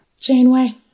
Janeway